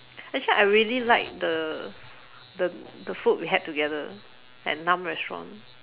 actually I really like the the the food we had together at nahm restaurant